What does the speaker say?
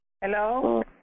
Hello